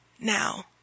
Now